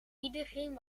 iedereen